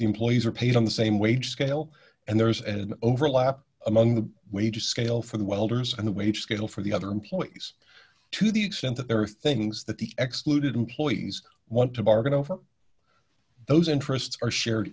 employees are paid on the same wage scale and there is an overlap among the wage scale for the welders and the wage scale for the other employees to the extent that there are things that the excluded employees want to bargain over those interests are shared